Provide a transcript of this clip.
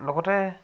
লগতে